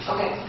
Okay